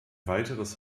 weiteres